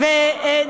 השכונה.